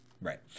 Right